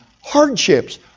hardships